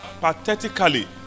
pathetically